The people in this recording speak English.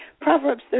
Proverbs